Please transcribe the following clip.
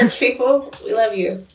and people love you